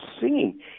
singing